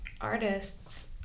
artists